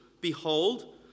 behold